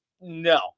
no